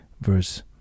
verse